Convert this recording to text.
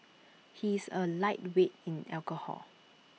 he is A lightweight in alcohol